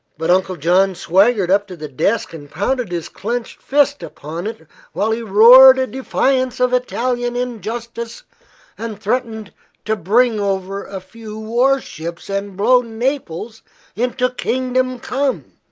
but uncle john swaggered up to the desk and pounded his clinched fist upon it while he roared a defiance of italian injustice and threatened to bring over a few war-ships and blow naples into kingdom come!